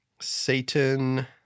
Satan